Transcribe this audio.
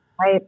Right